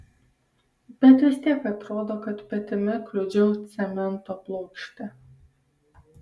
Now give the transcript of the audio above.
bet vis tiek atrodo kad petimi kliudžiau cemento plokštę